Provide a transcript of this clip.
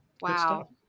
Wow